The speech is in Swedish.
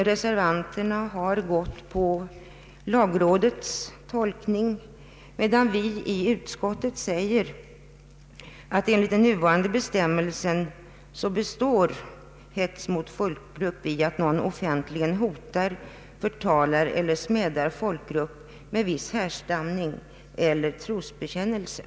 Reservanterna på den punkten har gått på lagrådets tolkning, medan utskottsmajoriteten ansett att enligt den nuvarande bestämmelsen består hets mot folkgrupp i att någon offentligen hotar, förtalar eller smädar folkgrupp med viss härstamning eller trosbekännelse.